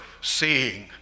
seeing